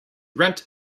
rent